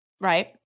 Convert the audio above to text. Right